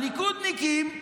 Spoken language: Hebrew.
הליכודניקים,